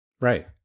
right